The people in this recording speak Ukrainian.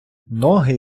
ноги